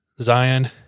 Zion